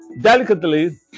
delicately